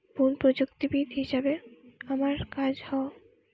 বন প্রযুক্তিবিদ হিসাবে আমার কাজ হ